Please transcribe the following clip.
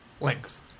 length